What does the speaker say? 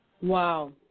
Wow